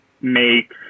make